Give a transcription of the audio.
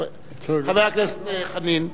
חבר הכנסת חנין.